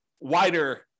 wider